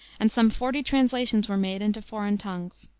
and some forty translations were made into foreign tongues.